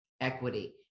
equity